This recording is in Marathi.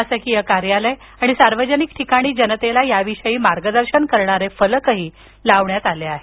शासकीय कार्यालय आणि सार्वजनिक ठिकाणी जनतेला याविषयी मार्गदर्शन करणारे फलक लावण्यात आले आहेत